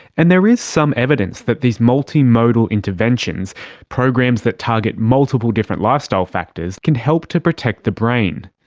and there is some evidence that these multimodal interventions programs that target multiple different lifestyle factors can help to protect the brain.